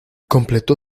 completó